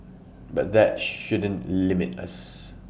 but that shouldn't limit us